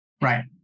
Right